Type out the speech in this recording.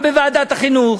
גם בוועדת החינוך,